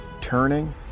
turning